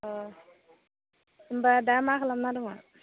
ओ होमब्ला दा मा खालामना दङ